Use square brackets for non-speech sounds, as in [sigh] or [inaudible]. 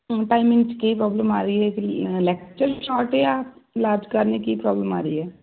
timing 'ਚ ਕੀ problem ਆ ਰਹੀ ਆ ਜੀ ਲੈਕਚਰ ਸ਼ੋਟ ਜਾਂ [unintelligible] ਕੀ ਪ੍ਰੋਬਲਮ ਆ ਰਹੀ ਆ